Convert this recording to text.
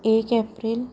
एक एप्रील